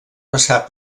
passar